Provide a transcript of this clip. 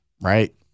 Right